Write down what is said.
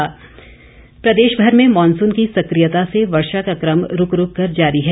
मौसम प्रदेशभर में मॉनसून की सक्रियता से वर्षा का क्रम रूक रूक कर जारी है